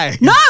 No